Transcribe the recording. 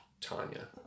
Tanya